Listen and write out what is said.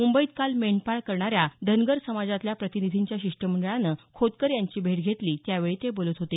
मुंबईत काल मेंढीपाळन करणाऱ्या धनगर समाजातल्या प्रतिनिधींच्या शिष्टमंडळानं खोतकर यांची भेट घेतली त्यावेळी ते बोलत होते